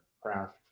craft